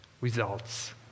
results